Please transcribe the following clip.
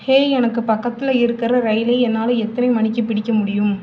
hey எனக்கு பக்கத்தில் இருக்கிற ரயிலை என்னால் எத்தனை மணிக்கு பிடிக்க முடியும்